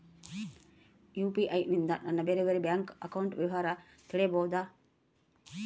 UPI ನಿಂದ ನನ್ನ ಬೇರೆ ಬೇರೆ ಬ್ಯಾಂಕ್ ಅಕೌಂಟ್ ವಿವರ ತಿಳೇಬೋದ?